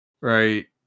Right